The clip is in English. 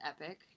epic